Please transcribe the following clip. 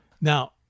Now